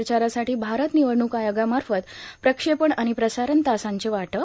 प्रचारासाठी भारत निवडणूक आयोगामार्फत प्रक्षेपण आणि प्रसारण तासांचे वाटप